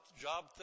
job